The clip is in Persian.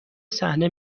صحنه